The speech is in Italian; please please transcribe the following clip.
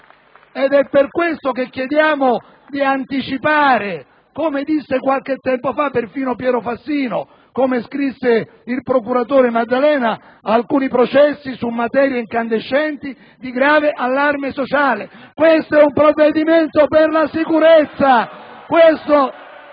Ed è per questo che chiediamo di anticipare - come disse, qualche tempo fa, perfino Piero Fassino e come scrisse il procuratore Maddalena - alcuni processi su materie incandescenti di grave allarme sociale. GARRAFFA *(PD)*. Che c'entra Berlusconi?